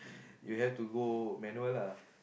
you have to go manual lah